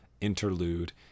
interlude